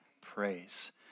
praise